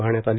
वाहण्यात आली